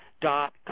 dot